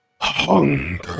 Hunger